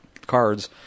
cards